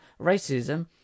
racism